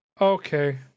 Okay